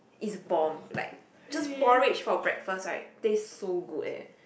it's bomb like just porridge for breakfast right taste so good eh